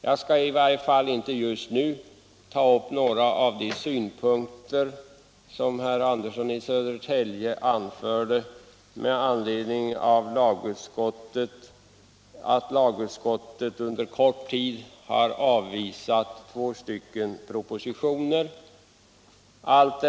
Jag skall i varje fall inte just nu ta upp några av de synpunkter som herr Andersson i Södertälje anförde med anledning av att lagutskottet under kort tid har avvisat två propositioner.